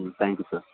thank you sir